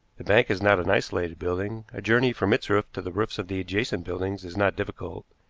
the bank is not an isolated building. a journey from its roof to the roofs of the adjacent buildings is not difficult,